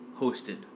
hosted